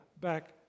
back